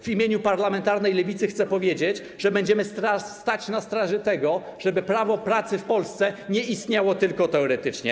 W imieniu parlamentarnej Lewicy chcę powiedzieć, że będziemy stać na straży tego, żeby prawo pracy w Polsce nie istniało tylko teoretycznie.